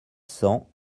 cents